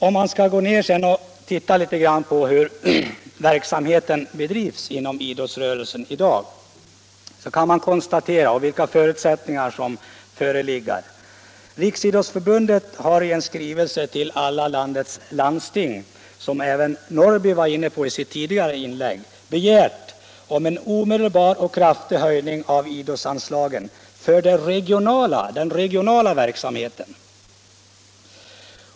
Om man ser på hur verksamheten bedrivs inom idrottsrörelsen i dag kan man konstatera att Riksidrottsförbundet i en skrivelse till alla landets landsting — även herr Norrby var inne på detta i sitt tidigare inlägg — har begärt en omedelbar och kraftig höjning av idrottsanslagen för den regionala verksamheten.